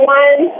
one